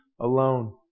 alone